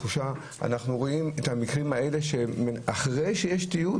אנחנו רואים את המקרים האלה אחרי שיש תיעוד